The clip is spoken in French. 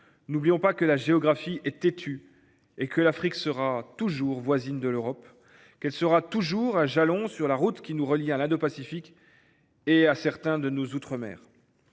N’oublions pas que la géographie est têtue et que l’Afrique sera toujours voisine de l’Europe ; elle sera toujours un jalon sur la route qui nous relie à l’Indo Pacifique et à certains de nos outre mer.